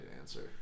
answer